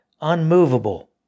unmovable